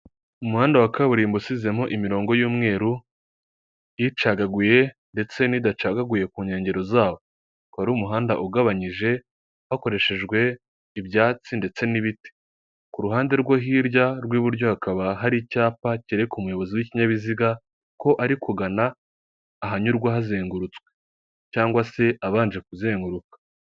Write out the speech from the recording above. Umuhanda wa kaburimbo usizemo imirongo y'umweruru, yicagaguye ndetse n'idacagaguye ku nkengero zawo, ukaba wari umuhanda ugabanyije hakoreshejwe ibyatsi ndetse n'ibiti, ku ruhande rwo hirya rw'iburyo hakaba hari icyapa kereka umuyobozi w'ikinyabiziga ko ari kugana ahanyurwa hazengurutswe cyangwa se abanje kuzenguruka.